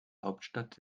hauptstadt